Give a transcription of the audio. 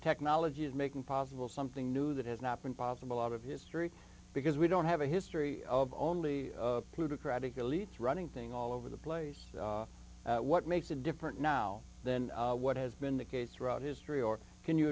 technology of making possible something new that has not been possible out of history because we don't have a history of only plutocratic elite's running thing all over the place what makes it different now than what has been the case throughout history or can you